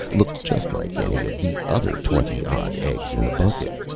looked just like any of the other twenty-odd eggs in the bucket.